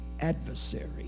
adversary